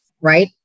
right